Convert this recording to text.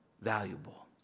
valuable